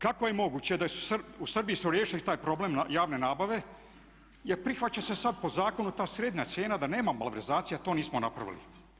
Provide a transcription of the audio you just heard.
Kako je moguće da su u Srbiji riješili taj problem javne nabave, jer prihvaća se sad po zakonu ta srednja cijena da nema malverzacija, to nismo napravili.